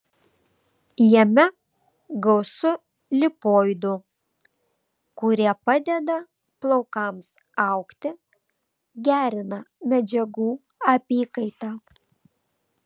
jame gausu lipoidų kurie padeda plaukams augti gerina medžiagų apykaitą